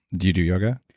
do you do yoga?